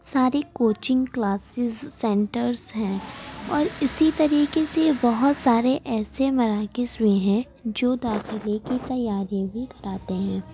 ساری coaching classes centres ہیں اور اسی طریقے سے بہت سارے ایسے مراکز بھی ہیں جو داخلے کی تیاری بھی کراتے ہیں